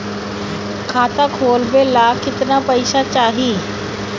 खाता खोलबे ला कितना पैसा चाही?